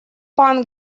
пан